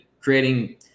creating